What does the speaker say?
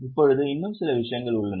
இப்போது இன்னும் சில விஷயங்கள் உள்ளன